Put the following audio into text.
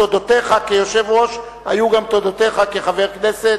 תודותיך כיושב-ראש היו גם תודותיך כחבר כנסת.